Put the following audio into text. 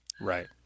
right